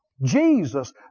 jesus